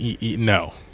no